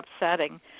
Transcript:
upsetting